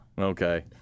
Okay